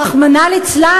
רחמנא ליצלן,